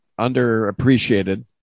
underappreciated